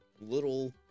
little